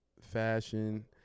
fashion